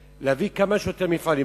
להביא כמה שיותר מפעלים.